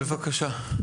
בבקשה.